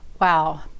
Wow